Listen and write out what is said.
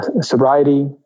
sobriety